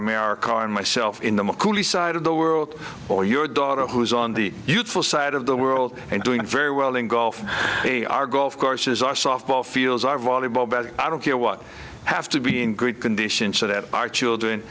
our car and myself in the macaulay side of the world or your daughter who's on the beautiful side of the world and doing very well in golf they are golf courses are softball fields are volleyball but i don't care what i have to be in good condition so that our children